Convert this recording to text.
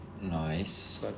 Nice